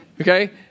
Okay